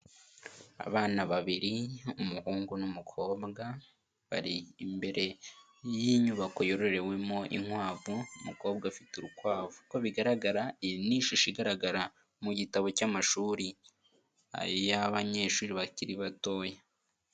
Abana babiri umuhungu n'umukobwa, bari imbere y'inyubako yororewemo inkwavu umukobwa afite urukwavu, uko bigaragara iyi ni ishusho igaragara mu gitabo cy'amashuri y'abanyeshuri bakiri batoya.